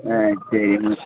ஆ சரி ம்